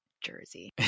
jersey